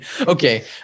Okay